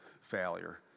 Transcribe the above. failure